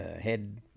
head